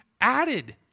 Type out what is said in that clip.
added